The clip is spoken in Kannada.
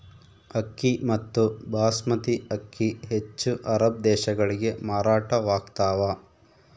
ಅಕ್ಕಿ ಮತ್ತು ಬಾಸ್ಮತಿ ಅಕ್ಕಿ ಹೆಚ್ಚು ಅರಬ್ ದೇಶಗಳಿಗೆ ಮಾರಾಟವಾಗ್ತಾವ